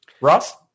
Ross